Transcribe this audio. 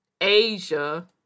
Asia